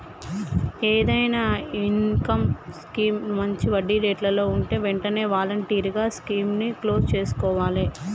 ఏదైనా income scheme మంచి వడ్డీరేట్లలో వుంటే వెంటనే వాలంటరీగా స్కీముని క్లోజ్ చేసుకోవాలే